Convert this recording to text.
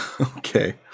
Okay